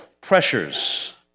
pressures